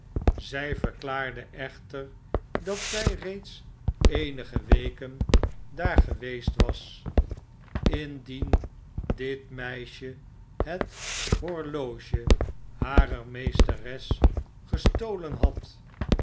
zij verklaarde echter dat zy reeds eenige weken daar geweest was indien dit meisje het horloge harer meesteres gestolen had